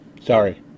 Sorry